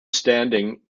standing